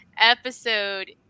episode